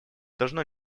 должно